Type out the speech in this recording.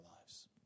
lives